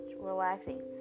relaxing